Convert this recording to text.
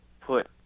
put